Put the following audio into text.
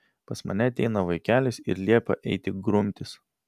pas mane ateina vaikelis ir liepia eiti grumtis